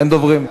אין דוברים.